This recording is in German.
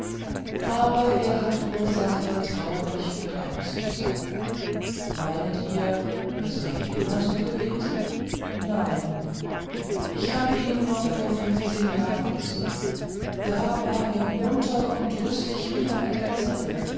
aber er hat ursache ernst und traurig zu sein meinet ihr er sei immer so gewesen nein ich habe ihn noch vor fünfzehn jahren gesehen da war er munter und rüstig wie die gazelle